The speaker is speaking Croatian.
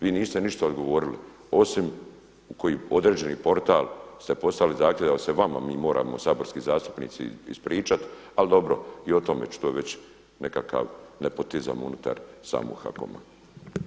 Vi niste ništa odgovorili osim u koji određeni portal ste postavili zahtjev da se vama mi moramo saborski zastupnici ispričati, ali dobro i o tome ću, to je već nekakav nepotizam unutar samog HAKOM-a.